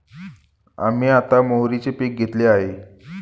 आम्ही आता मोहरीचे पीक घेतले आहे